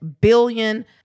billion